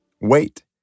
Wait